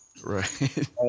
right